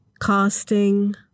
casting